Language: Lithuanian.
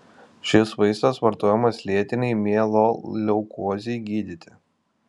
šis vaistas vartojamas lėtinei mieloleukozei gydyti